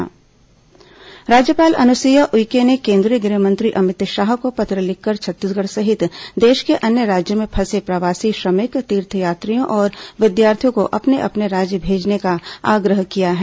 corona राज्यपाल राज्यपाल अनुसुईया उइके ने केंद्रीय गृह मंत्री अमित शाह को पत्र लिखकर छत्तीसगढ़ सहित देश के अन्य राज्यों में फंसे प्रवासी श्रमिक तीर्थयात्रियों और विद्यार्थियों को अपने अपने राज्य भेजने का आग्रह किया है